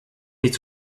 nicht